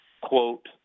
quote